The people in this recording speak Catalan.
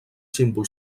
símbols